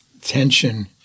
tension